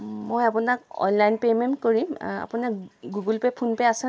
মই আপোনাক online payment কৰিম আপোনাৰ গুগলপে' ফোনপে' আছেনে